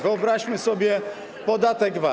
Wyobraźmy sobie podatek VAT.